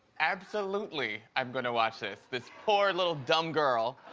absolutely i'm gonna watch this. this poor little dumb girl.